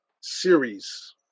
series